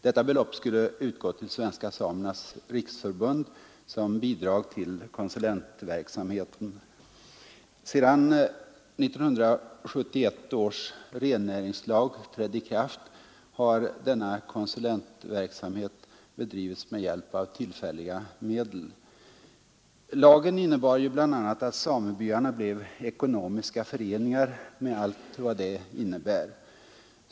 Detta belopp skulle utgå till Svenska samernas riksförbund som bidrag till konsulentverksamheten. Sedan 1971 års rennäringslag trädde i kraft har denna konsulentverksamhet bedrivits med hjälp av tillfälliga medel. Lagen innebar bl.a. att samebyarna blev ekonomiska föreningar med allt vad det leder till.